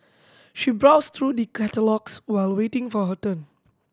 she browsed through the catalogues while waiting for her turn